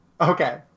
Okay